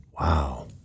Wow